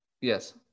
Yes